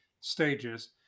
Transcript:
stages